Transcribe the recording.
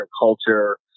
culture